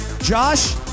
Josh